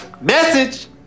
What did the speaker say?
Message